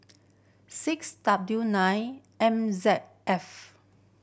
six W nine M Z F